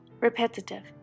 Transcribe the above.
repetitive